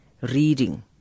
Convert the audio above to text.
reading